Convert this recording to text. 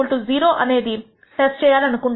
0 అనే అనేది టెస్ట్ చెయ్యాలి అనుకుంటే